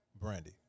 Brandy